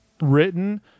Written